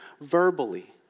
verbally